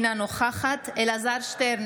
אינה נוכחת אלעזר שטרן,